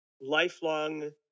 lifelong